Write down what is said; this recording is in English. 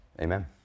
Amen